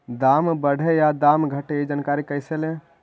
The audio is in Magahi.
दाम बढ़े या दाम घटे ए जानकारी कैसे ले?